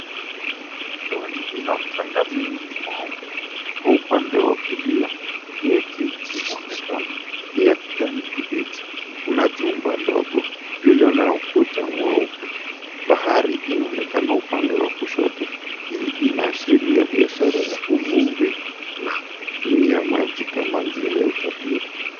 Pwani ina mchanga mwingi mweupe. Kwa upande wa kulia, miti inaonekana ni ya kijani kibichi. Kuna jumba ndogo lilo na ukuta mweupe. Bahari inaonekana upande wa kushoto. Hii inaashiria biashara ya uvuvi na kutumia maji kama njia ya usafiri.